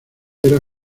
era